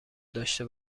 داشته